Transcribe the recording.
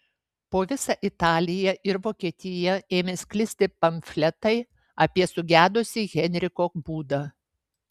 po visą italiją ir vokietiją ėmė sklisti pamfletai apie sugedusį henriko būdą